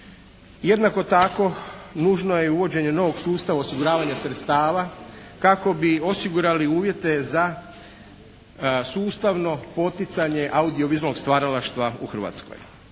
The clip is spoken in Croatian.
Jednako tako nužno je uvođenje novog sustava osiguravanja sredstava kako bi osigurali uvjete za sustavno poticanje audiovizualnog stvaralaštva u Hrvatskoj.